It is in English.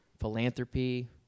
philanthropy